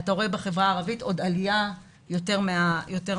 אתה רואה בחברה הכללית עלייה יותר מהמקובל.